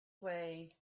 way